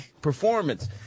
performance